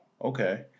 Okay